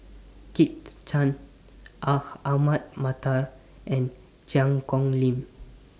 Kit Chan Aha Ahmad Mattar and Cheang Kong Lim